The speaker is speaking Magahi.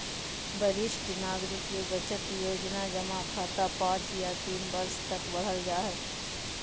वरिष्ठ नागरिक बचत योजना जमा खाता पांच या तीन वर्ष तक बढ़ल जा हइ